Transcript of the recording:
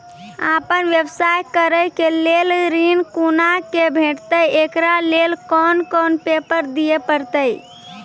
आपन व्यवसाय करै के लेल ऋण कुना के भेंटते एकरा लेल कौन कौन पेपर दिए परतै?